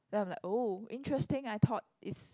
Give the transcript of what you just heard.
then I'm like oh interesting I thought it's